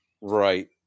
Right